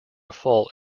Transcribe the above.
fault